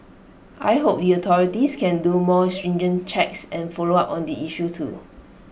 I hope the authorities can do more stringent checks and follow up on the issue too